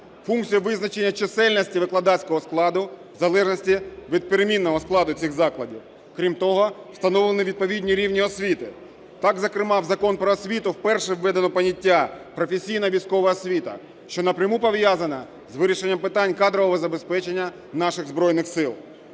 функцію визначення чисельності викладацького складу в залежності від перемінного складу цих закладів. Крім того, встановлені відповідні рівні освіти. Так, зокрема, в Закон "Про освіту" вперше введено поняття "професійна військова освіта", що напряму пов'язано з вирішенням питань кадрового забезпечення наших Збройних Сил.